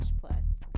plus